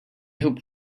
hope